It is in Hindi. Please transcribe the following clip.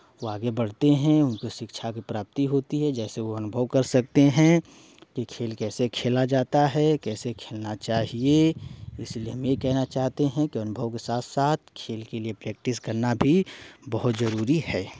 वो आगे बढ़ते हैं उनसे शिक्षा के प्राप्ति होती है जैसे वो अनुभव कर सकते हैं कि खेल कैसे खेला जाता है कैसे खेलना चाहिए इसलिए हम ये कहना चाहते हैं कि अनुभव के साथ साथ खेल के लिए प्रैक्टिस करना भी बहुत जरूरी है